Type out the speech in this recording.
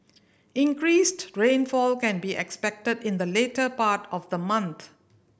increased rainfall can be expected in the later part of the month